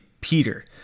Peter